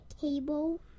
cable